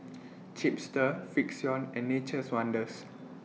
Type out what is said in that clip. Chipster Frixion and Nature's Wonders